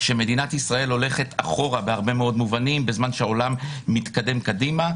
כשמדינת ישראל הולכת אחורה בהרבה מאוד מובנים בזמן שהעולם מתקדם קדימה.